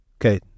Okay